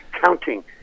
Counting